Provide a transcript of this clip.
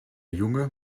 junge